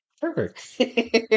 Perfect